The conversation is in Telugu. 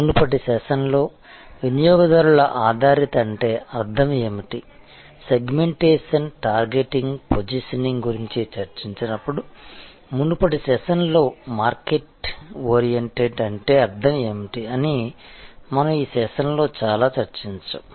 మునుపటి సెషన్లలో వినియోగదారుల ఆధారిత అంటే అర్థం ఏమిటి సెగ్మెంటేషన్ టార్గెటింగ్ పొజిషనింగ్ గురించి చర్చించినప్పుడు మునుపటి సెషన్లో మార్కెట్ ఓరియంటెడ్ అంటే అర్థం ఏమిటి అని మనం ఈ సెషన్ లలో చాలా చర్చించాము